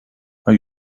are